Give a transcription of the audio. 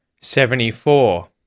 Seventy-four